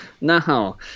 No